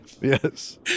Yes